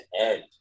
end